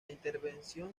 intervención